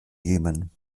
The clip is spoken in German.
jemen